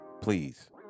please